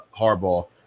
Harbaugh